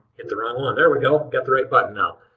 hit the wrong one. there we go. got the right button now.